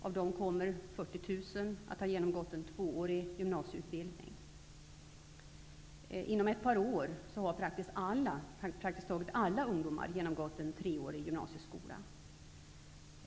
Av dem kommer 40 000 att ha genomgått en tvåårig gymnasieutbildning. Inom ett par år kommer pratiskt taget alla ungdomar att ha genomgått en treårig gymnasieskola.